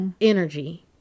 energy